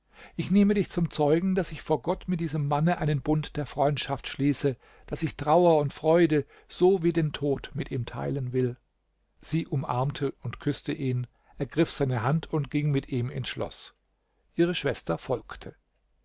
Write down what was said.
ich nehme dich zum zeugen daß ich vor gott mit diesem manne einen bund der freundschaft schließe daß ich trauer und freude so wie den tod mit ihm teilen will sie umarmte und küßte ihn ergriff seine hand und ging mit ihm ins schloß ihre schwester folgte